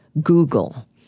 Google